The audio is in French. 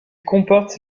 comporte